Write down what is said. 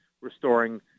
restoring